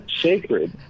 sacred